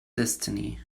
destiny